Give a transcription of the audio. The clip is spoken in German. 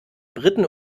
briten